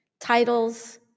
Titles